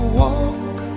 walk